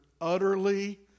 utterly